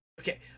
Okay